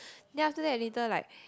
then after that later like